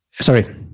sorry